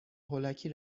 هولکی